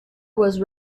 was